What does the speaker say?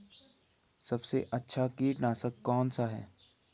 सबसे अच्छा कीटनाशक कौन सा है?